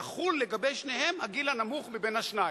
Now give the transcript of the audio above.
יחול לגבי שניהם הגיל הנמוך מהשניים.